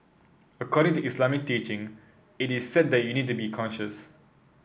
according to Islamic teaching it is said that you need to be conscious